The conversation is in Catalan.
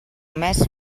més